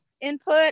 input